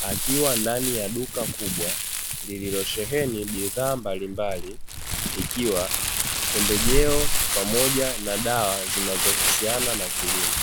akiwa ndani ya duka kubwa lililosheheni bidhaa mbalimbali, ikiwa ni pembejeo pamoja na dawa zinazohusiana na kilimo.